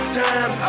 time